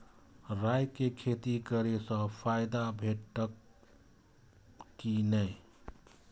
राय के खेती करे स फायदा भेटत की नै?